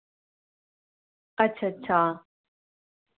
अच्छ अच्छा